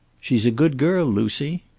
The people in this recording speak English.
she's a good girl, lucy.